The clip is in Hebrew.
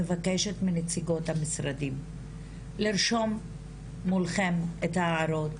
מבקשת מנציגות המשרדים לרשום מולכן את ההערות,